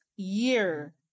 year